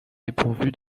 dépourvue